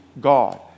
God